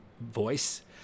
voice